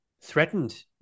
threatened